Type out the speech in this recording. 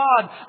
God